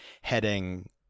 heading